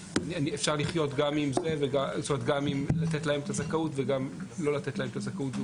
אפשר לחיות בין אם ניתנה להם הזכאות או אם לא ניתנה להם הזכאות.